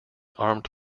armed